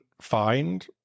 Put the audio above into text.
find